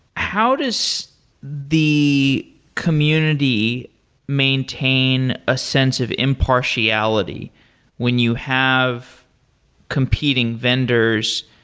how does the community maintain a sense of impartiality when you have competing vendors